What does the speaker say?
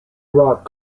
rock